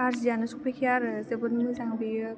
गारजियानो सफैखाया आरो जोबोद मोजां बियो